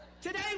Today